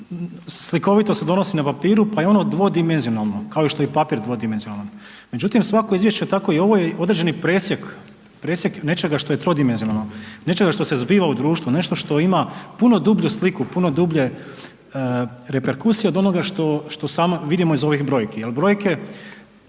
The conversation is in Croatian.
slikovito donosi na papiru pa i ono dvodimenzionalno, kao što je i papir dvodimenzionalan, međutim svako izvješće tako i ovo je određeni presjek, presjek nečega što je trodimenzionalno, nečega što se zbiva u društvu, nešto što ima puno dublju sliku, puno dublje reperkusije od onoga što vidimo iz ovih brojki